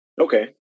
Okay